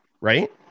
right